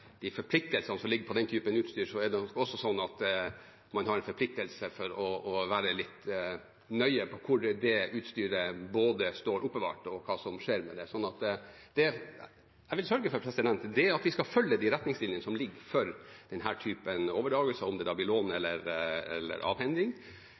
sånn at man har en forpliktelse til å være litt nøye med både hvor det utstyret står oppbevart, og hva som skjer med det. Det jeg vil sørge for, er at vi følger de retningslinjene som finnes for denne typen overdragelser, om det da blir lån